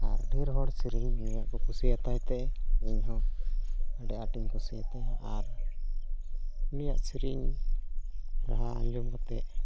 ᱰᱷᱮᱹᱨ ᱦᱚᱲ ᱩᱱᱤᱭᱟᱜ ᱥᱮᱨᱮᱧ ᱠᱚ ᱠᱩᱥᱤᱭᱟᱜ ᱛᱟᱭ ᱛᱮ ᱤᱧᱦᱚᱸ ᱟᱹᱰᱤ ᱟᱸᱴ ᱤᱧ ᱠᱩᱥᱤᱭᱟᱛᱟᱭᱟ ᱟᱨ ᱩᱱᱤᱭᱟᱜ ᱥᱮᱨᱮᱧ ᱨᱟᱦᱟ ᱟᱸᱡᱚᱢ ᱠᱟᱛᱮᱫ